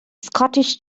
scottish